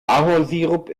ahornsirup